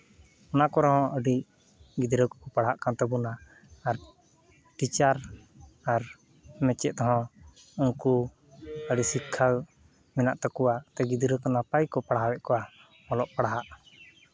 ᱚᱱᱟ ᱠᱚᱨᱮ ᱦᱚᱸ ᱟᱹᱰᱤ ᱜᱤᱫᱽᱨᱟᱹ ᱠᱚᱠᱚ ᱯᱟᱲᱦᱟᱜ ᱠᱟᱱ ᱛᱟᱵᱚᱱᱟ ᱟᱨ ᱴᱤᱪᱟᱨ ᱟᱨ ᱢᱟᱪᱮᱫ ᱦᱚᱸ ᱩᱱᱠᱩ ᱟᱹᱰᱤ ᱥᱤᱠᱠᱷᱟ ᱢᱮᱱᱟᱜ ᱛᱟᱠᱚᱣᱟ ᱚᱱᱟᱛᱮ ᱜᱤᱫᱽᱨᱟᱹ ᱱᱟᱯᱟᱭ ᱠᱚ ᱯᱟᱲᱦᱟᱣᱮᱫ ᱠᱚᱣᱟ ᱚᱞᱚᱜ ᱯᱟᱲᱦᱟᱜ